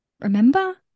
remember